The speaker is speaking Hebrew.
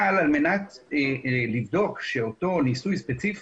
כ-89% מבעלי החיים מומתים בתום הניסוי.